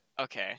Okay